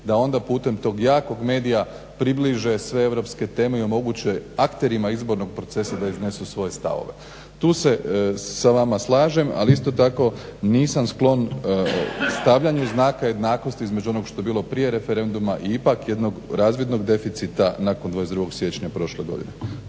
da onda putem tog jakog medija približe sve europske teme i omoguće akterima izbornog procesa da iznesu svoje stavove. Tu se sa vama slažem, ali isto tako nisam sklon stavljanju znaka jednakosti između onog što je bilo prije referenduma i ipak jednog razvidnog deficita nakon 22. siječnja prošle godine.